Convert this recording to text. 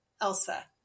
Elsa